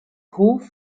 hof